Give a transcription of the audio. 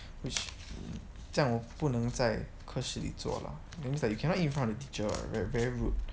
这样我不能在课室里做了 that means like you cannot eat from the teacher [what] right very rude